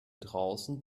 draußen